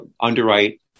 underwrite